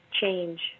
change